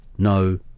no